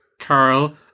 Carl